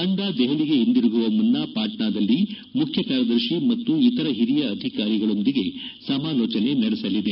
ತಂಡ ದೆಹಲಿಗೆ ಹಿಂದಿರುಗುವ ಮುನ್ನ ಪಾಟ್ನಾದಲ್ಲಿ ಮುಖ್ಯಕಾರ್ದರ್ಶಿ ಮತ್ತು ಇತರ ಹಿರಿಯ ಅಧಿಕಾರಗಳೊಂದಿಗೆ ಸಮಾಲೋಚನೆ ನಡೆಸಲಿದೆ